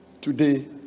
today